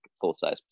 full-size